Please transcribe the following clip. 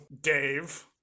dave